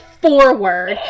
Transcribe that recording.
forward